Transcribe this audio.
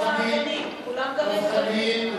אף אחד לא, כולם, חבר הכנסת דב חנין,